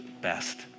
best